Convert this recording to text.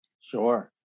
Sure